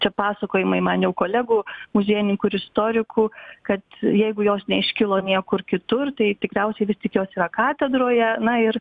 čia pasakojimai man jau kolegų muziejininkų ir istorikų kad jeigu jos neiškilo niekur kitur tai tikriausiai vis tik jos yra katedroje na ir